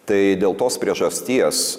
tai dėl tos priežasties